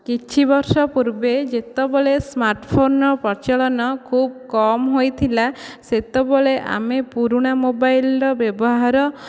କିଛି ବର୍ଷ ପୂର୍ବେ ଯେତେବେଳେ ସ୍ମାର୍ଟ୍ ଫୋନ୍ର ପ୍ରଚାଳନ ଖୁବ୍ କମ୍ ହୋଇଥିଲା ସେତେବେଳେ ଆମେ ପୁରୁଣା ମୋବାଇଲ୍ର ବ୍ୟବହାର